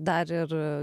dar ir